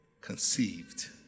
conceived